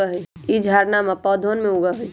ई झाड़नमा पौधवन में उगा हई